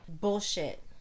Bullshit